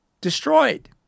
destroyed